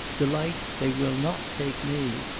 delight, they will not take me.